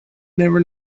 never